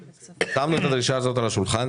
שמנו את הדרישה הזאת על השולחן